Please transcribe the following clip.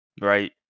right